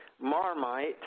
Marmite